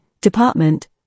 department